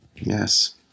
Yes